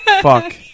Fuck